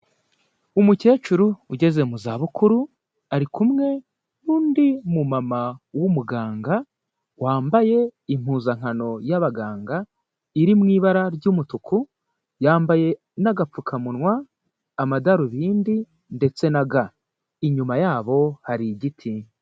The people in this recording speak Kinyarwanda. Umukecuru ugeze mu zabukuru, ari kumwe n'undi mumama w'umuganga wambaye impuzankano y'abaganga, iri mu ibara ry'umutuku, yambaye n'agapfukamunwa, amadarubindi ndetse na ga. Inyuma yabo hari igiti.